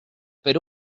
per